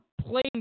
playing